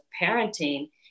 parenting